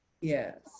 Yes